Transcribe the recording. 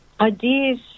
ideas